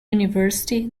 university